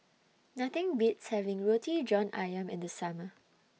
Nothing Beats having Roti John Ayam in The Summer